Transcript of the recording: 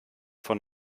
von